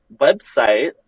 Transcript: website